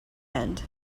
end